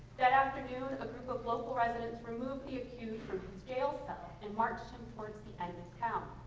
that afternoon a group of local residents removed the accused from his jail cell and marched him towards the end of town.